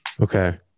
Okay